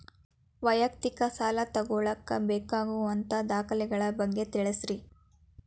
ವೈಯಕ್ತಿಕ ಸಾಲ ತಗೋಳಾಕ ಬೇಕಾಗುವಂಥ ದಾಖಲೆಗಳ ಬಗ್ಗೆ ತಿಳಸ್ರಿ